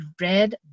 red